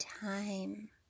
time